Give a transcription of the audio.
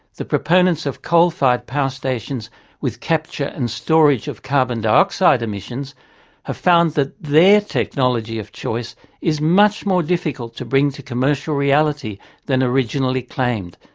the proponents of coal-fired power stations with capture and storage of carbon dioxide emissions have found that their technology of choice is much more difficult to bring to commercial reality than originally claimed,